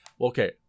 okay